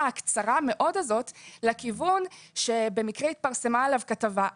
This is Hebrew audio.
הקצרה מאוד הזו לכיוון שבמקרה התפרסמה עליו כתבה,